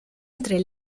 entre